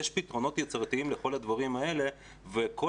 יש פתרונות יצירתיים לכל הדברים האלה וכל